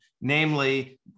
namely